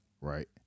right